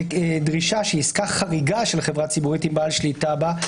דרישה שעסקה חריגה של חברה ציבורית עם בעל שליטה בה,